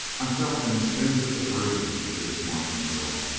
i felt an instinctive aversion to this martian girl.